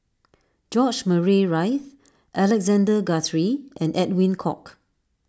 George Murray Reith Alexander Guthrie and Edwin Koek